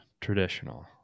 traditional